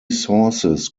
sources